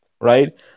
right